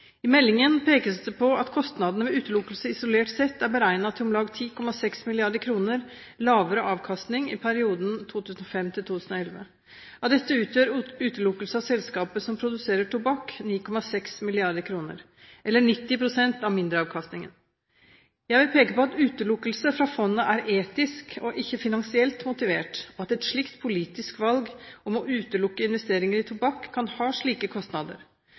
I meldingen pekes det på at kostnadene ved utelukkelse isolert sett er beregnet til om lag 10,6 mrd. kr lavere avkastning i perioden 2005–2011. Av dette utgjør utelukkelse av selskaper som produserer tobakk, 9,6 mrd. kr, eller 90 pst. av mindre-avkastningen. Jeg vil peke på at utelukkelse fra fondet er etisk og ikke finansielt motivert, og at et slikt politisk valg om å utelukke investeringer i tobakk kan ha slike kostnader.